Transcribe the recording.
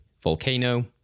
Volcano